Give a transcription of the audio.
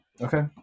okay